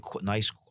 Nice